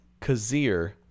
Kazir